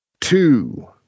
two